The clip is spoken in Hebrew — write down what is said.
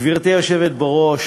גברתי היושבת בראש,